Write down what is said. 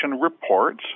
reports